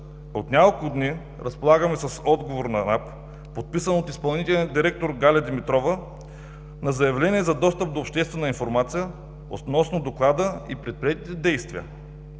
От няколко дни разполагаме с отговора на НАП, подписан от изпълнителния директор Галя Димитрова, на заявление за достъп до обществена информация относно доклада и предприетите действия.